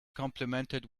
complimented